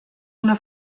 una